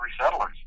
settlers